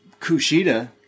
Kushida